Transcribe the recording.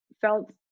felt